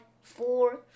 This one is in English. four